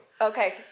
Okay